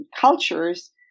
cultures